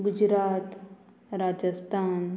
Gujarat Rajasthan